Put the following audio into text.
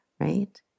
right